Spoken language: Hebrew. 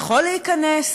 יכול להיכנס